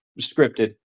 scripted